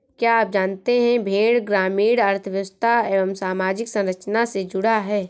क्या आप जानते है भेड़ ग्रामीण अर्थव्यस्था एवं सामाजिक संरचना से जुड़ा है?